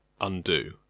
undo